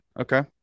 Okay